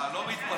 אה, לא מתפלאת?